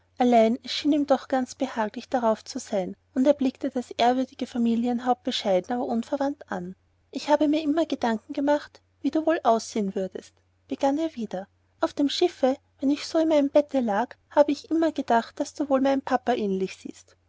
ihm doch ganz behaglich darauf zu sein und er blickte das ehrwürdige familienhaupt bescheiden aber unverwandt an ich habe mir immer gedanken gemacht wie du wohl aussehen würdest begann er wieder auf dem schiffe wenn ich so in meinem bette lag habe ich immer gedacht ob du wohl meinem papa ähnlich siehst